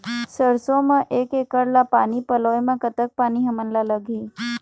सरसों म एक एकड़ ला पानी पलोए म कतक पानी हमन ला लगही?